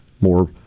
more